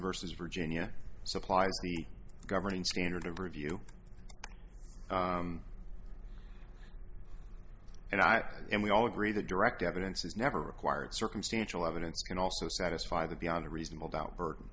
versus virginia supplies the governing standard of review and i and we all agree that direct evidence is never required circumstantial evidence can also satisfy the beyond a reasonable doubt burden